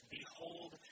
Behold